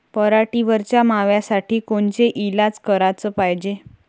पराटीवरच्या माव्यासाठी कोनचे इलाज कराच पायजे?